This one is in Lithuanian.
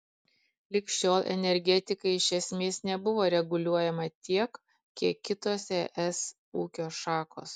lig šiol energetika iš esmės nebuvo reguliuojama tiek kiek kitos es ūkio šakos